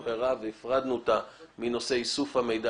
הפרדנו אותה מנושא איסוף המידע.